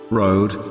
road